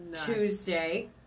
Tuesday